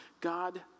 God